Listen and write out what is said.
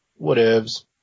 Whatevs